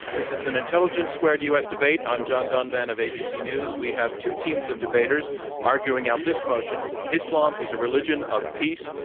this this intelligence squared u. s. debate. i am john donvan of abc news. we have two teams of debaters arguing out this motion islam is a religion of peace.